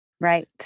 Right